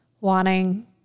wanting